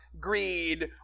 greed